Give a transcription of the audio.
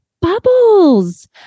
bubbles